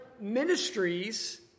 ministries